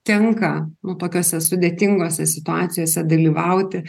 tenka nu tokiose sudėtingose situacijose dalyvauti